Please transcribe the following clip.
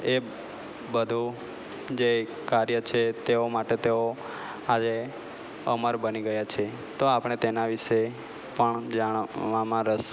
એ બધું જે કાર્ય છે તેઓ માટે તેઓ આજે અમર બની ગયા છે તો આપણે તેના વિષે પણ જાણવામાં રસ